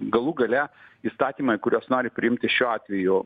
galų gale įstatymai kuriuos nori priimti šiuo atveju